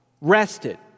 rested